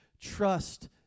trust